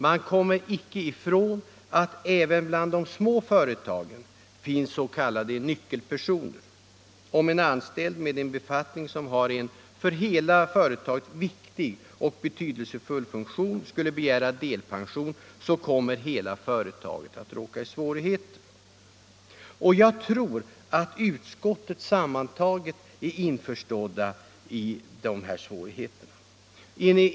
Man kommer inte ifrån att även bland de små företagen finns s.k. nyckelpersoner. Om en anställd med en befattning, som har en för hela företaget viktig och betydelsefull funktion, skulle begära delpension, kommer hela företaget att råka i svårigheter. Jag tror att utskottet sammantaget är införstått med dessa problem.